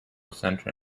centre